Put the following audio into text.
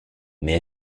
mais